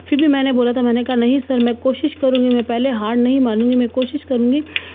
फिर भी मैंने बोला था मैंने कहा नहीं सर मैं कोशिश करूँगी मैं पहले हार नहीं मानूँगी मैं कोशिश करूँगी